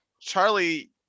Charlie